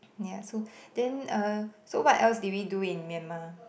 ya so then uh so what else did we do in Myanmar